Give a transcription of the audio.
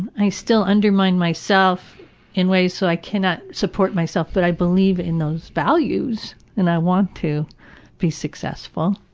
i still undermine myself in ways so i cannot support myself but i believe in those values and i want to be successful.